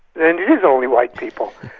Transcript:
and it is only white people.